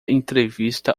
entrevista